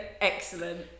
excellent